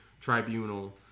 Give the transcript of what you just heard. tribunal